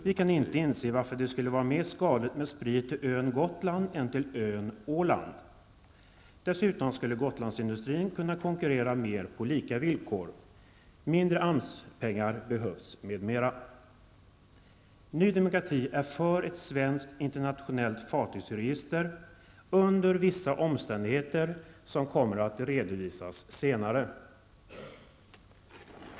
Vi kan inte inse varför det skall vara mer skadligt med sprit vid färd till ön Gotland än till ön Åland. Dessutom skulle Gotlandsindustrin kunna konkurrera på mer lika villkor. Mindre AMS-pengar behövs, m.m. Nydemokrati är för ett svenskt internationellt fartygsregister under vissa omständigheter som kommer att redovisas senare.